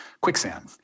quicksand